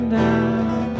down